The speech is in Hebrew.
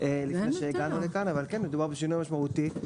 לפי שהגענו לכאן אבל מדובר בשינוי משמעותי.